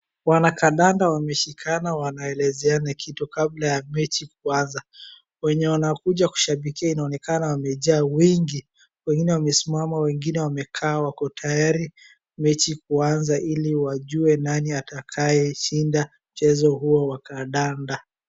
Wanakadanda wameshikana wanaelezeana kitu kabla ya mechi kuanza. Wenye wanakuja kushabikia inaonekana wamejaa wengi, wengine wamesimama, wengine wamekaa, wako tayari mechi kuanza ili wajue nani atakaye shinda mchezo huo wa kadanda.